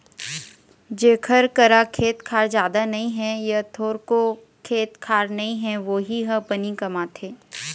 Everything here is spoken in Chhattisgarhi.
जेखर करा खेत खार जादा नइ हे य थोरको खेत खार नइ हे वोही ह बनी कमाथे